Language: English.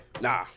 Nah